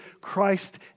Christ